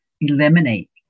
eliminate